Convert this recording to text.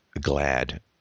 glad